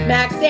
Max